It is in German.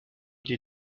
die